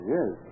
Yes